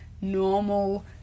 normal